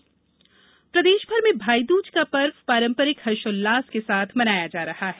भाई दूज प्रदेशभर में भाईदूज का पर्व पारंपरिक हर्षोल्लास के साथ मनाया जा रहा है